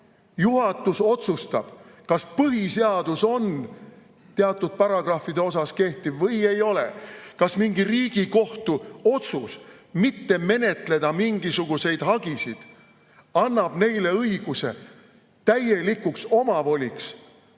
Juhatus otsustab, kas põhiseadus on teatud paragrahvide osas kehtiv või ei ole. Kas mingi Riigikohtu otsus mitte menetleda mingisuguseid hagisid annab neile õiguse täielikuks omavoliks